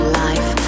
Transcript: life